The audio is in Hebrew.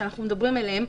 שאנחנו מדברים עליהם,